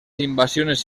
invasiones